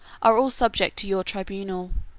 are all subject to your tribunal.